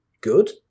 good